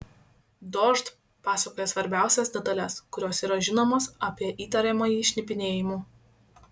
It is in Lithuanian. dožd pasakoja svarbiausias detales kurios yra žinomos apie įtariamąjį šnipinėjimu